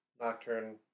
Nocturne